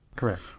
Correct